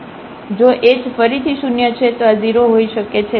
જો h ફરીથી શૂન્ય છે તો આ 0 હોઈ શકે છે